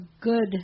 good